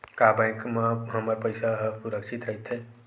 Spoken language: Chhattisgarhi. का बैंक म हमर पईसा ह सुरक्षित राइथे?